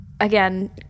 again